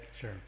sure